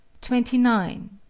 twenty nine.